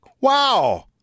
wow